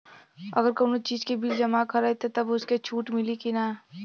अगर कउनो चीज़ के बिल जमा करत हई तब हमके छूट मिली कि ना?